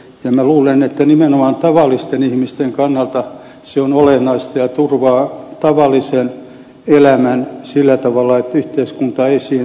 minä luulen että nimenomaan tavallisten ihmisten kannalta se on olennaista ja turvaa tavallisen elämän sillä tavalla että yhteiskunta ei siihen tarpeettomasti puutu